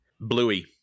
Bluey